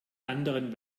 anderen